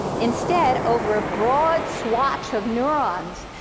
instead, over a broad swatch of neurons,